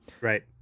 Right